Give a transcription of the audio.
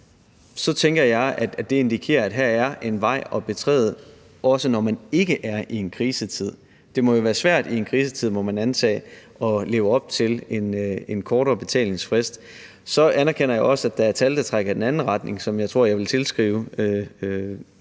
så tænker jeg, at det indikerer, at her er en vej at betræde, også når man ikke er i en krisetid. Man må antage, at det jo må være svært i en krisetid at leve op til en kortere betalingsfrist. Så anerkender jeg også, at der er tal, der trækker i den anden retning, hvilket jeg tror jeg vil tilskrive